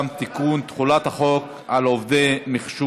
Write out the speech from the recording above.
בעד 21,